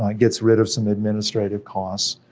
like gets rid of some administrative costs.